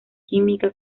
química